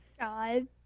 god